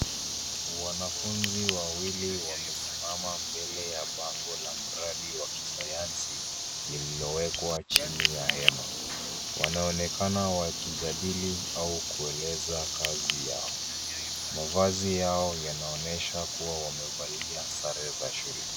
Wanafunzi wawili wamesimama mbele ya bango la mradi wa kisayansi, lililowekwa chini ya hema. Wanaonekana wakijadili au kueleza kazi yao. Mavazi yao yanaonesha kua wamevalia sare za shule.